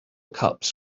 cups